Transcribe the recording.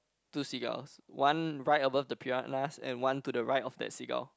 two seagulls one right above the piranhas and one to the right of that seagull